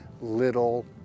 little